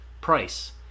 price